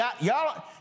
y'all